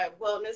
wellness